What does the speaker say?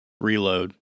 Reload